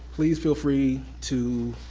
please feel free to